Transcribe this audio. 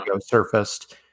surfaced